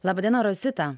laba diena rosita